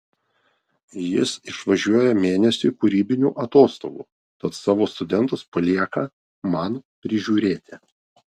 jis išvažiuoja mėnesiui kūrybinių atostogų tad savo studentus palieka man prižiūrėti